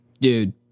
Dude